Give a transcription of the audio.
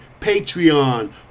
Patreon